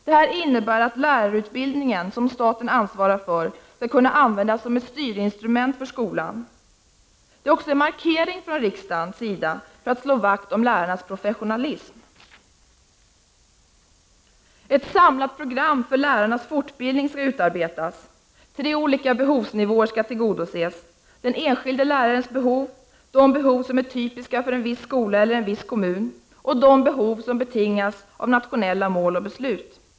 Det här innebär att lärarutbildningen, som staten ansvarar för, skall kunna användas som ett styrinstrument för skolan. Det är också en markering från riksdagens sida för att slå vakt om lärarnas professionalism. Ett samlat program för lärarnas fortbildning skall utarbetas. Tre olika behovsnivåer skall tillgodoses: den enskilde lärarens behov, de behov som är typiska för en viss skola eller en viss kommun och de behov som betingas av nationella mål och beslut.